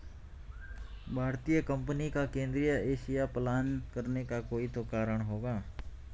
भारतीय कंपनी का केंद्रीय एशिया पलायन करने का कोई तो कारण होगा